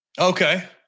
okay